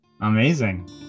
amazing